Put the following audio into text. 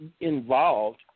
involved